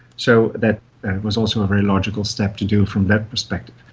so that was also a very logical step to do from that perspective.